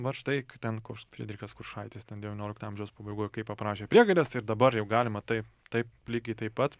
vat štai ten koks fridrichas kuršaitis ten devyniolikto amžiaus pabaigoj kaip aprašė priegaides ir dabar jau galima taip taip lygiai taip pat